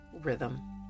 rhythm